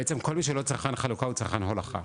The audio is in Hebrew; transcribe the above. בעצם כל מי שלא צרכן חלוקה הוא צרכן הולכה,